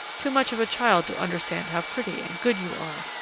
too much of a child to understand how pretty and good you are,